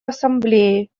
ассамблеи